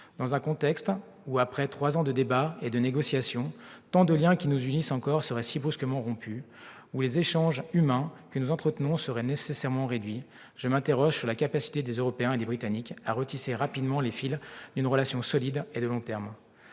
Dans un contexte où, après trois ans de débats et de négociations, tant de liens qui nous unissent encore seraient si brusquement rompus, où les échanges humains que nous entretenons se trouveraient nécessairement réduits, je m'interroge sur la capacité des Européens et des Britanniques à retisser rapidement les fils d'une relation solide et de long terme.